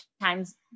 times